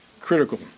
critical